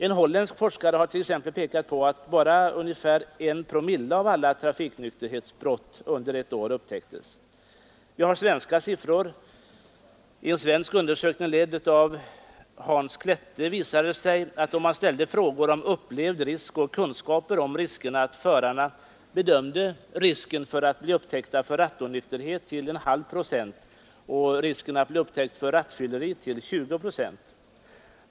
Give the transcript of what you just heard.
En holländsk forskare har t.ex. pekat på att bara ungefär 1 promille av alla trafiknykterhetsbrott under ett år upptäcktes. I en svensk undersökning ledd av Hans Klette visade det sig, då man ställde frågor om upplevd risk och kunskaper om riskerna, att förarna bedömde risken för att bli upptäckt för rattonykterhet till 0,5 procent och för rattfylleri till 20 procent.